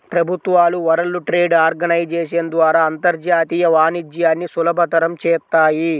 ప్రభుత్వాలు world trade organisation ద్వారా అంతర్జాతీయ వాణిజ్యాన్ని సులభతరం చేత్తాయి